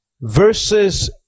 verses